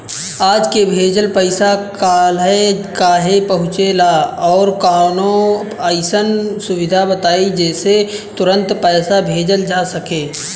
आज के भेजल पैसा कालहे काहे पहुचेला और कौनों अइसन सुविधा बताई जेसे तुरंते पैसा भेजल जा सके?